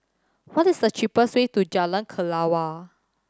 what is the cheapest way to Jalan Kelawar